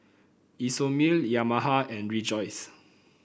Isomil Yamaha and Rejoice